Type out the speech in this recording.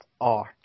art